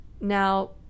Now